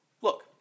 Look